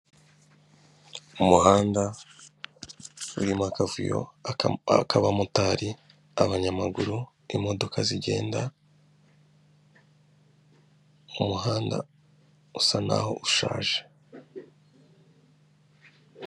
Umuhanda urimo akavuyo k'abamotari, abanyamaguru, imodoka zigenda mu muhanda usa naho ushaje.